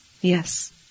yes